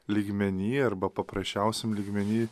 lygmeny arba paprasčiausiam lygmeny